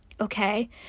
okay